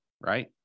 right